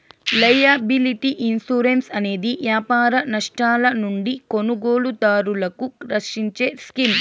liability insurance అనేది వ్యాపార నష్టాల నుండి కొనుగోలుదారులను రక్షించే స్కీమ్